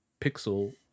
pixel